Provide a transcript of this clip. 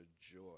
joy